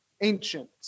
ancient